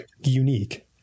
unique